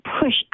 push